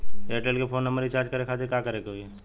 Airtel के phone number recharge करे के खातिर का करे के होई?